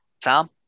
Tom